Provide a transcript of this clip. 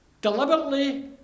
deliberately